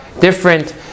different